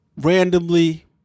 randomly